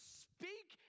speak